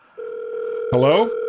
Hello